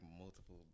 multiple